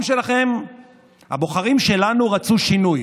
אני שואל שאלה: